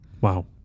Wow